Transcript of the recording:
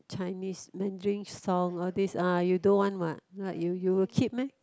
Chinese Mandarin song all these uh you don't want what ah you you will keep meh